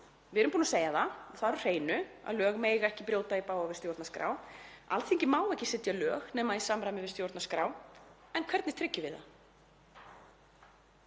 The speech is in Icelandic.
við erum búin að segja það, það er á hreinu að lög mega ekki brjóta í bága við stjórnarskrá, Alþingi má ekki setja lög nema í samræmi við stjórnarskrá. En hvernig tryggjum við það?